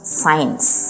science